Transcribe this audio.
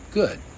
good